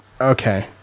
Okay